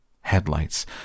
Headlights